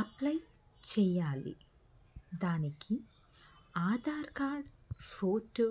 apply చెయ్యాలి దానికి Aadhaar card photo